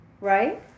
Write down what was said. right